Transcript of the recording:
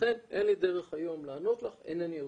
לכן אין לי דרך היום לענות לך, אינני יודע.